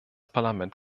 parlament